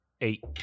Eight